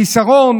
החיסרון